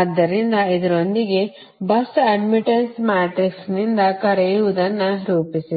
ಆದ್ದರಿಂದ ಇದರೊಂದಿಗೆ bus admittance ಮ್ಯಾಟ್ರಿಕ್ಸ್ನಿಂದ ಕರೆಯುವದನ್ನು ರೂಪಿಸಿದರೆ